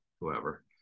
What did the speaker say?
whoever